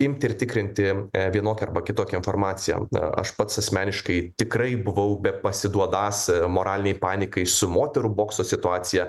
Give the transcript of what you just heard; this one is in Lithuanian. imti ir tikrinti vienokią arba kitokią informaciją na aš pats asmeniškai tikrai buvau bepasiduodąs moralinei panikai su moterų bokso situacija